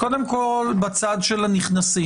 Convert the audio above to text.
קודם כול, בצד של הנכנסים,